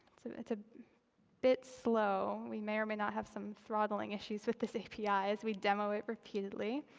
so it's a bit slow. we may or may not have some throttling issues with this api as we demo it repeatedly.